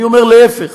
אני אומר להפך,